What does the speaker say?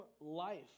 life